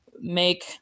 make